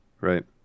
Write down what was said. Right